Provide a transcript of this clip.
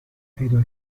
پیدا